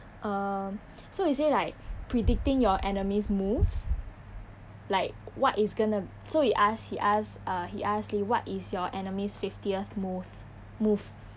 um so he say like predicting your enemy's moves like what is gonna so he asked he asked uh he asked lee what is your enemies fiftieth move move